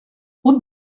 route